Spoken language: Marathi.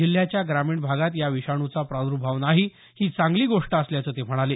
जिल्ह्याच्या ग्रामीण भागात या विषाणूचा प्रादुर्भाव नाही ही चांगली गोष्ट असल्याचं ते म्हणाले